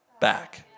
back